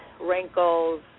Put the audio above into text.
wrinkles